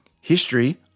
history